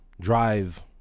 Drive